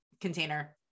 container